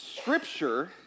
scripture